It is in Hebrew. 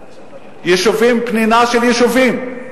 פנינה של יישובים.